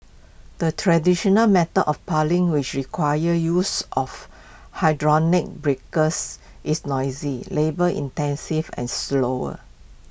the traditional method of piling which requires use of hydraulic breakers is noisy labour intensive and slower